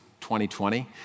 2020